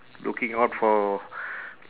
looking out for